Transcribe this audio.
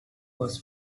was